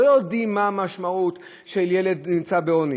לא יודעים מה המשמעות של ילד שנמצא בעוני,